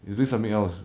he said something else